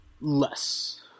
Less